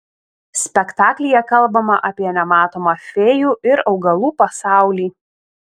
spektaklyje kalbama apie nematomą fėjų ir augalų pasaulį